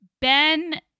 Ben